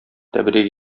тәбрик